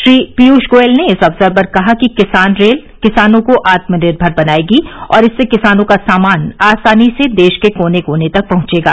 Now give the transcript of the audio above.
श्री पीयूष गोयल ने इस अवसर पर कहा कि किसान रेल किसानों को आत्मनिर्मर बनाएगी और इससे किसानों का सामान आसानी से देश के कोने कोने तक पहुंचेगा